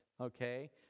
okay